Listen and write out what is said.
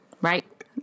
right